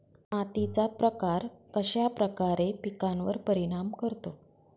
मातीचा प्रकार कश्याप्रकारे पिकांवर परिणाम करतो?